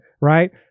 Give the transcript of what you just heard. right